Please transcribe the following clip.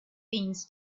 things